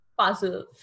puzzle